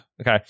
Okay